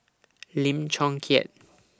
Lim Chong Keat